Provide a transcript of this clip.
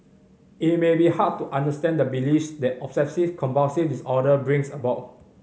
it may be hard to understand the beliefs that obsessive compulsive disorder brings about